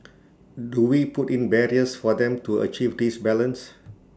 do we put in barriers for them to achieve this balance